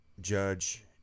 judge